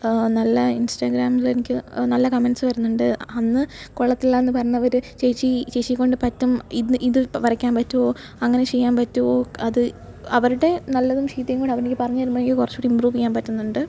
നല്ല ഇൻസ്റ്റാഗ്രാമില് എനിക്ക് നല്ല കമെൻസ് വരുന്നുണ്ട് അന്ന് കൊള്ളത്തില്ലാന്ന് പറഞ്ഞവര് ചേച്ചീ ചേച്ചിയെകൊണ്ട് പറ്റും ഇതിപ്പോള് വരയ്ക്കാൻ പറ്റുമോ അങ്ങനെ ചെയ്യാൻ പറ്റുമോ അത് അവരുടെ നല്ലതും ചീത്തയും കൂടെ അവർ എനിക്ക് പറഞ്ഞ് തരുമ്പോള് എനിക്ക് കുറച്ചുകൂടി ഇമ്പ്രൂവ് ചെയ്യാൻ പറ്റുന്നുണ്ട്